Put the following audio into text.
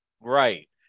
Right